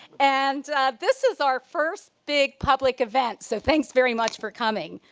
and this is our first big public event. so thanks very much for coming.